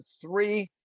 three